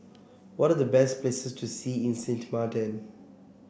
what are the best places to see in Sint Maarten